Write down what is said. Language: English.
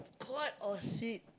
squat or sit